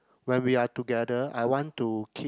when we are together I want to keep